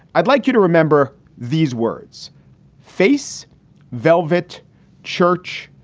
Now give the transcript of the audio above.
i'd like you to remember these words face velvet church,